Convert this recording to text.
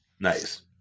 Nice